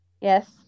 Yes